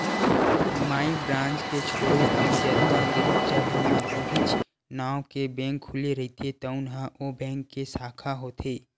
माई branch के छोड़े अउ जतका जघा म उहींच नांव के बेंक खुले रहिथे तउन ह ओ बेंक के साखा होथे